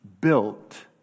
built